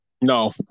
No